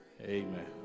Amen